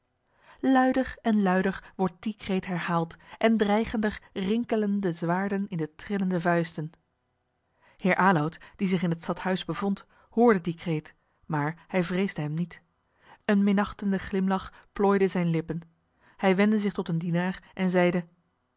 luider en luider wordt die kreet herhaald en dreigender rinkelen de zwaarden in de trillende vuisten heer aloud die zich in het stadhuis bevond hoorde dien kreet maar hij vreesde hem niet een minachtende glimlach plooide zijne lippen hij wendde zich tot een dienaar en zeide